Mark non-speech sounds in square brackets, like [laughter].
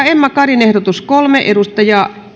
[unintelligible] emma karin ehdotus kolme maarit